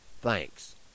Thanks